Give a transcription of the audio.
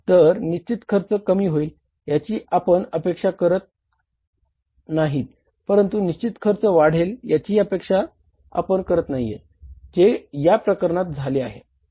तर निश्चित खर्च कमी होईल याची आपण अपेक्षा करत नाहीत परंतु निश्चित खर्च वाढेल याचीही आपण अपेक्षा करत नाहीयेत जे या प्रकरणात झाले आहे